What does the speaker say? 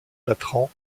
latran